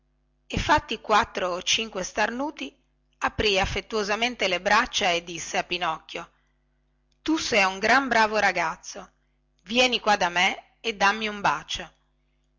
e fatti quattro o cinque starnuti aprì affettuosamente le braccia e disse a pinocchio tu sei un gran bravo ragazzo vieni qua da me e dammi un bacio